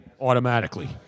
automatically